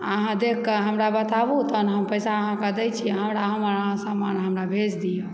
अहाँ देखिके हमरा बताबु तहन हम पैसा अहाँकेँ दय छी अहाँ हमरा हमर सामान अहाँ हमर भेज दिअ